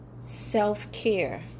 Self-care